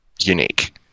unique